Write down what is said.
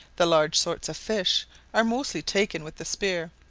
the large sorts of fish are mostly taken with the spear,